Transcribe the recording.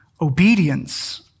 obedience